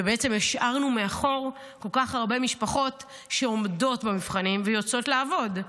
ובעצם השארנו מאחור כל כך הרבה משפחות שעומדות במבחנים ויוצאות לעבוד.